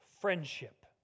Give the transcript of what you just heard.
friendship